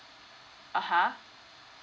(uh huh)